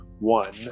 one